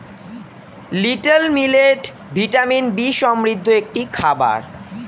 little millet vitamin B সমৃদ্ধ একটি খাবার